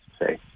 say